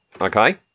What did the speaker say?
Okay